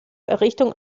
errichtung